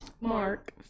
mark